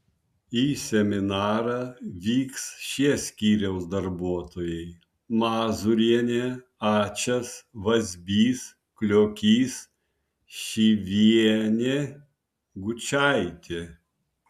į seminarą vyks šie skyriaus darbuotojai mazūrienė ačas vazbys kliokys šyvienė gučaitė